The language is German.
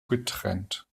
getrennt